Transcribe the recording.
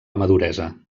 maduresa